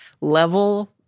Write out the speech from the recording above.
level